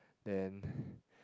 then